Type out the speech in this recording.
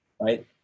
Right